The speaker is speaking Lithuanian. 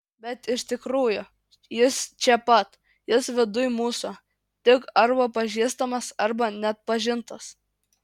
bet iš tikrųjų jis čia pat jis viduj mūsų tik arba pažįstamas arba neatpažintas